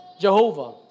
Jehovah